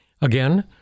Again